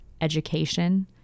education